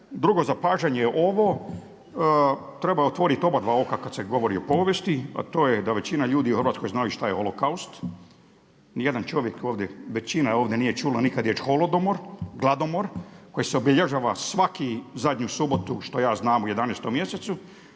Drugo, zapažanje ovo treba otvorit oba dva oka kad se govori o povijesti, a to je da većina ljudi u Hrvatskoj znaju šta je Holokaust. Ni jedan čovjek ovdje većina ovdje nije čula nikad riječ holodomor, gladomor koji se obilježava svaki zadnju subotu šta ja znam u 11 mjesecu